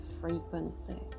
frequency